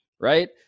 right